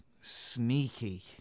sneaky